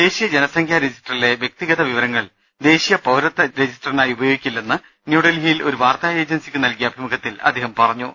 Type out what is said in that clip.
ദേശീയ ജനസംഖ്യാ രജിസ്റ്ററിലെ വ്യക്തി ഗത വിവരങ്ങൾ ദേശീയ പൌരത്വ രജിസ്റ്ററിനായി ഉപയോഗി ക്കില്ലെന്ന് ന്യൂഡൽഹിയിൽ ഒരു വാർത്താ ഏജൻസിക്ക് നൽകിയ അഭിമുഖത്തിൽ അദ്ദേഹം പുറഞ്ഞു